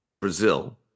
Brazil